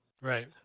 right